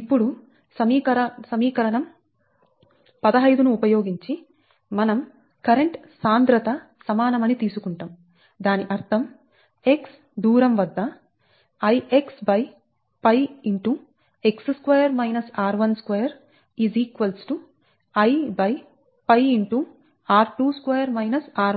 ఇప్పుడుసమీకరణం 15 ను ఉపయోగించి మనం కరెంట్ సాంద్రత సమానమని తీసుకుంటాం దాని అర్థం x దూరం వద్ద Ix 𝜋 I